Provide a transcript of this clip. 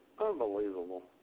Unbelievable